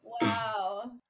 wow